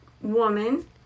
woman